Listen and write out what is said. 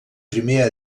primer